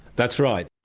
that's right.